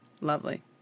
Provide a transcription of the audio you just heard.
Lovely